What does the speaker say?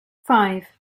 five